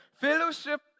Fellowship